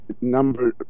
number